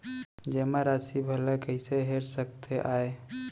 जेमा राशि भला कइसे हेर सकते आय?